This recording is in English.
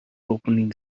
opening